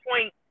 point